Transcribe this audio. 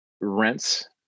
rents